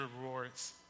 rewards